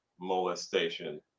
molestation